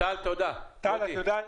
טל, תודה.